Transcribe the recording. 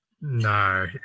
No